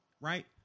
Right